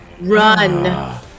Run